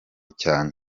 cyane